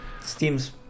Steam's